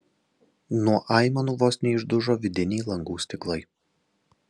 nuo aimanų vos neišdužo vidiniai langų stiklai